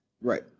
Right